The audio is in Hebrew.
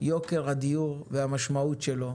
יוקר הדיור והמשמעות שלו,